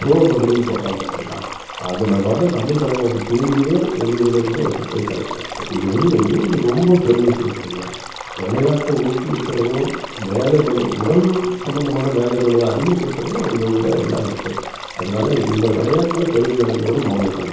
bro கபடின்னு போடுறான் பார்த்திங்களா அதில் வர தமிழ் தலைவாசல் டீம்லயே எங்கள் இதில் இருந்து ஒருத்தர் போய் செலெக்ட் ஆயிருக்கார் இது வந்து எங்கள் ஊருக்கு ரொம்ப பெருமை சேர்க்குதுங்க விளையாட்டு ஊக்குவிக்கிறதும் வேலை பளு உடல் சம்மந்தமான வேலை பளுவ அதிகப்படுத்துகிறது எங்கள் ஊர்ல எல்லாம் இருக்குது அதனால இந்த விளையாட்ல பெருமை அடைஞ்சவரு மௌலி தாங்க